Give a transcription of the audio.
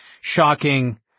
shocking